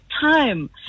time